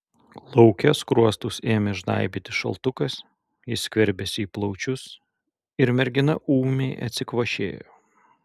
lauke skruostus ėmė žnaibyti šaltukas jis skverbėsi į plaučius ir mergina ūmiai atsikvošėjo